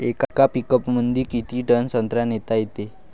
येका पिकअपमंदी किती टन संत्रा नेता येते?